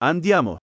Andiamo